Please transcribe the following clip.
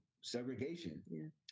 segregation